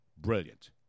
brilliant